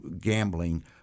gambling